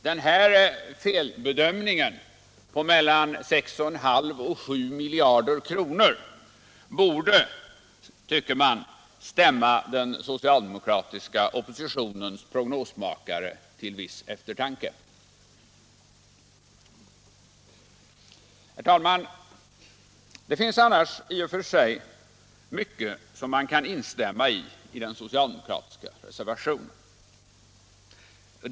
Denna felbedömning på mellan 6,5 och 7 miljarder borde stämma den socialdemokratiska oppositionens. prognosmakare till en viss eftertanke. Herr talman! Det finns annars i och för sig mycket i den socialdemokratiska reservationen som man kan instämma i.